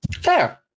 Fair